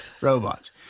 robots